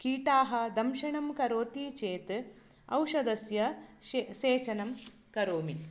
कीटाः दंशनं करोति चेत् औषधस्य स सेचनं करोमि